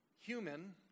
human